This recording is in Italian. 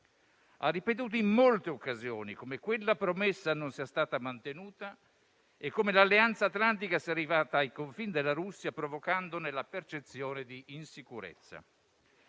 Ha ripetuto in molte occasioni come quella promessa non sia stata mantenuta e come l'Alleanza atlantica sia arrivata ai confini della Russia, provocandone la percezione di insicurezza.